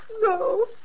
No